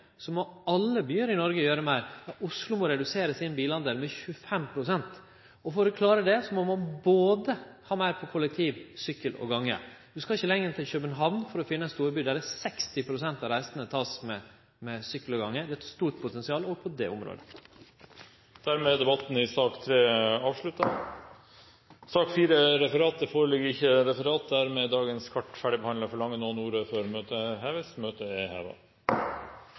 må alle byar i Noreg gjere meir. Oslo må redusere sin del av bilar med 25 pst. For å klare det må ein både ha meir kollektivtransport, sykkelbruk og gange. Du skal ikkje lenger enn til København for å finne ein storby der 60 pst. av reisene vert tekne med sykkel og gange. Det er eit stort potensial, òg på det området. Dermed er debatten i sak nr. 3 avsluttet. Det foreligger ikke noe referat. Dermed er dagens kart ferdigbehandlet. Forlanger noen ordet før møtet heves? – Møtet er